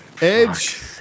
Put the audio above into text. Edge